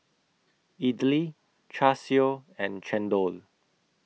Idly Char Siu and Chendol